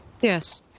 Yes